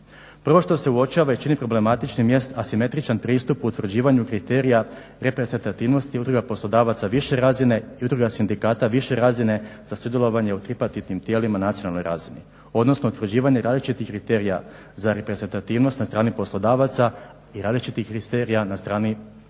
Prvo što se uočava i čini problematičnim jest asimetričan pristup utvrđivanju kriterija reprezentativnosti udruga poslodavaca više razine i udruga sindikata više razine za sudjelovanje u tripartitnim tijelima na nacionalnoj razini, odnosno utvrđivanje različitih kriterija za reprezentativnost na strani poslodavaca i različitih kriterija na strani sindikata.